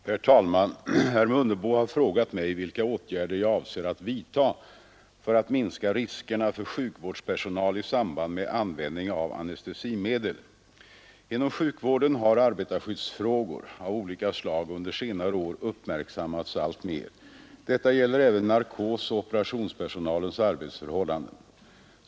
Herr talman! Herr Mundebo har frågat mig vilka åtgärder jag avser att vidta för att minska riskerna för sjukvårdspersonal i samband med användning av anestesimedel. Inom sjukvården har arbetarskyddsfrågor av olika slag under senare år uppmärksammats alltmer. Detta gäller även narkosoch operationspersonalens arbetsförhållanden.